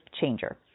changer